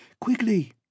Quickly